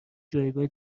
جایگاه